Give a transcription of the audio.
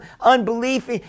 unbelief